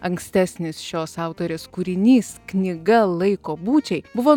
ankstesnis šios autorės kūrinys knyga laiko būčiai buvo